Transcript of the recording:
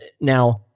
Now